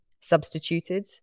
substituted